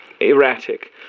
erratic